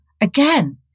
again